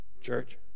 church